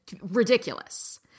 ridiculous